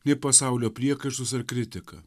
nei pasaulio priekaištus ar kritiką